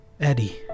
Eddie